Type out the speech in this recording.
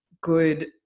good